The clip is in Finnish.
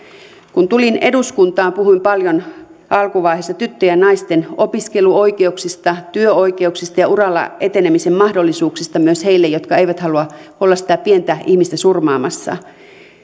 kun tulin eduskuntaan puhuin paljon alkuvaiheessa tyttöjen ja naisten opiskeluoikeuksista työoikeuksista ja uralla etenemisen mahdollisuuksista myös heille jotka eivät halua olla sitä pientä ihmistä surmaamassa